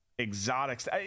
exotics